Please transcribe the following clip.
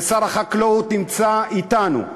ושר החקלאות נמצא אתנו,